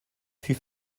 fut